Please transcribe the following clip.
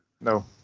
No